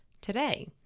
today